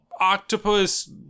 octopus